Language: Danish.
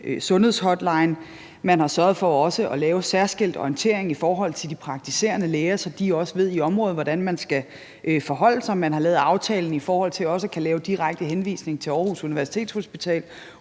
sundhedshotline. Man har sørget for også at lave særskilt orientering i forhold til de praktiserende læger, så de også ved i området, hvordan man skal forholde sig. Man har lavet aftalen i forhold til også at kunne lave direkte henvisning til Aarhus Universitetshospital